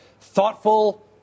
thoughtful